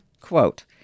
quote